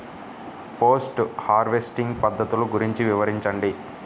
Post harvesting పద్ధతులు గురించి వివరించండి?